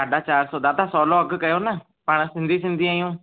साढा चारि सौ दादा सवलो अघि कयो न पाण सिंधी सिंधी आहियूं